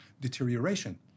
deterioration